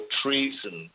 treason